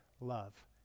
love